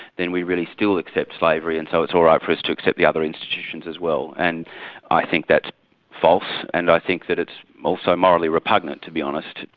then we really still accept slavery and so it's all right for us to accept the other institutions as well. and i think that's false and i think that it's also morally repugnant to be honest.